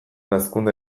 hazkunde